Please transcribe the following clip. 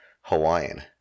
Hawaiian